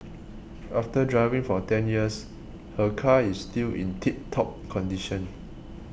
after driving for ten years her car is still in tip top condition